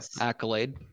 accolade